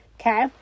Okay